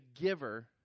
giver